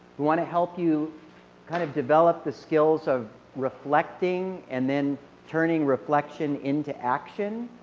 we want to help you kind of develop the skills of reflecting and then turning reflection into action.